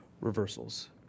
reversals